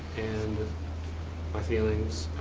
and my feelings,